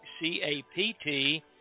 C-A-P-T